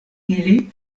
ili